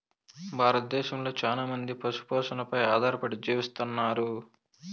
భారతదేశంలో చానా మంది పశు పోషణపై ఆధారపడి జీవిస్తన్నారు